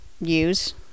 use